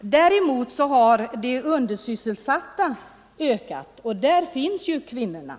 Däremot har antalet undersysselsatta ökat, och där finns ju kvinnorna.